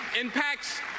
impacts